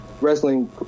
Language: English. wrestling